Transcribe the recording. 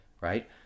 right